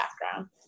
background